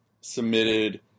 submitted